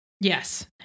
Yes